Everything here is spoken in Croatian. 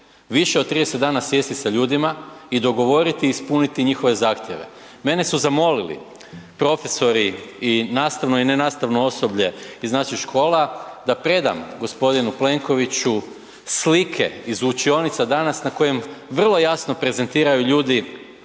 više od 30 dana sjesti sa ljudima i dogovoriti i ispuniti njihove zahtjeve. Mene su zamolili profesori i nastavno i nenastavno osoblje iz naših škola da predam gospodinu Plenkoviću slike iz učionica danas na kojim vrlo jasno prezentiraju ljudi